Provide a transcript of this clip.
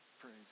Praise